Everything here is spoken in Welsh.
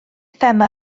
thema